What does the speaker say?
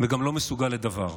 וגם לא מסוגל לדָבָר.